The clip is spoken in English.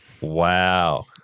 Wow